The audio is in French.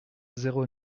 zéro